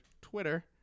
Twitter